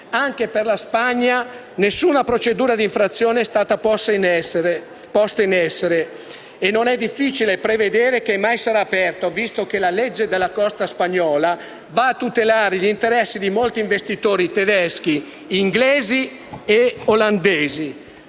Anche per la Spagna nessuna procedura d'infrazione è stata posta in essere dal 2013 ad oggi e non è difficile prevedere che mai sarà aperta, visto che la legge della costa va a tutelare gli interessi di molti investitori tedeschi, inglesi e olandesi.